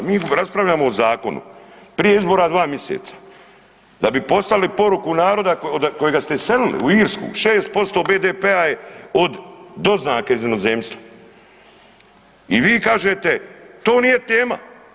Mi raspravljamo o zakonu prije izbora dva miseca da bi poslali poruku naroda kojega ste iselili u Irsku, 6% BDP-a je od doznake iz inozemstva i vi kažete to nije tema.